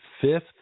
fifth